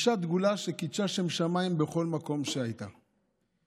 אישה גדולה, שקידשה שם שמיים בכל מקום שהייתה בו.